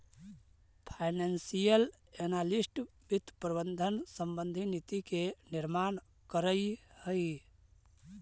financial analyst वित्त प्रबंधन संबंधी नीति के निर्माण करऽ हइ